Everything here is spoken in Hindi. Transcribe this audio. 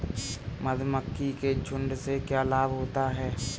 मधुमक्खी के झुंड से क्या लाभ होता है?